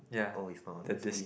always on the screen